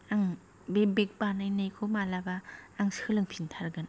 आं बे बेग बानाय नायखौ माब्लाबा आं सोलोंफिनथारगोन